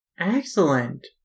Excellent